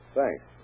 Thanks